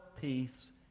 peace